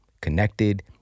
connected